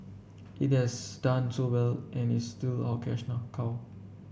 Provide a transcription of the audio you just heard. it has done so well and is still our cash cow